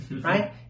right